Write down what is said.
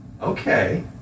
okay